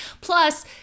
Plus